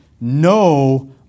no